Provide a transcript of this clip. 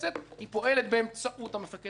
היא פועלת באמצעות המפקד הצבאי,